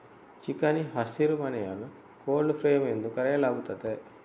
ಚಿಕಣಿ ಹಸಿರುಮನೆಯನ್ನು cold frame ಎಂದು ಕರೆಯಲಾಗುತ್ತದೆ